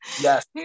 Yes